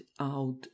out